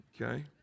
okay